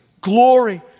Glory